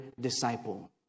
disciple